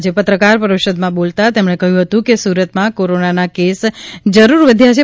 આજે પત્રકાર પરિષદમાં બોલતાં તેમણે કહ્યું હતું કે સુરતમાં કોરોનાના કેસ જરૂર વધ્યા છે